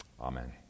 Amen